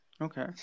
Okay